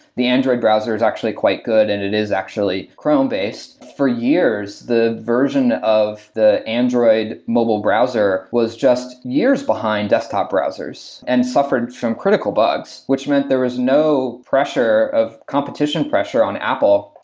the android browser is actually quite good and it is actually chrome-based. for years, the version of the android mobile browser was just years behind desktop browsers and suffered from critical bugs, which meant there was no pressure, competition pressure, on apple.